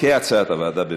כהצעת הוועדה.